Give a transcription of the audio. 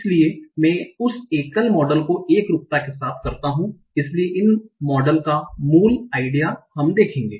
इसलिए मैं उस एकल मॉडल को एकरूपता के साथ करता हूं इसलिए इन मॉडल का मूल विचार हम देखेंगे